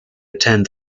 attend